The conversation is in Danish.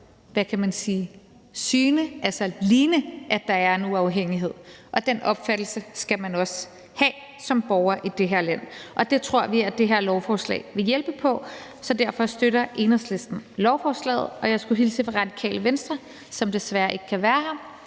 med på, at der er en uafhængighed, men den skal også kunne synes, og den opfattelse skal man også have som borger i det her land, og det tror vi det her lovforslag vil hjælpe på. Derfor støtter Enhedslisten lovforslaget, og jeg skulle hilse fra Radikale Venstre, som desværre ikke kan være her,